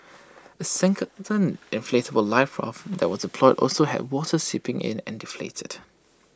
A second inflatable life of that was deployed also had water seeping in and deflated